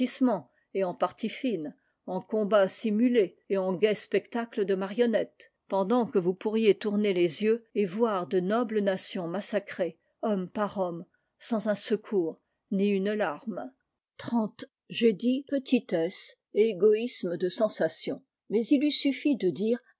et en parties fines en combats simulés et en gais spectacles de marionnettes pendant que vous pourriez tourner les yeux et voir de nobles nations massacrées homme par homme sans un secours ni une larme j'ai dit petitesse m et égoïsme m de sensation mais il eût sufn de dire